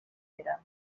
pere